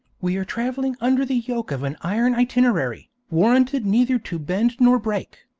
we are travelling under the yoke of an iron itinerary, warranted neither to bend nor break.